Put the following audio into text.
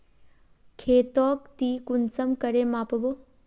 खेतोक ती कुंसम करे माप बो?